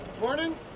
Morning